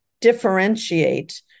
differentiate